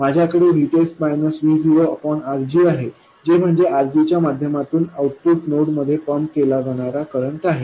माझ्याकडे RGआहे जे म्हणजे RG च्या माध्यमातून आउटपुट नोड मध्ये पंप केला जाणारा करंट आहे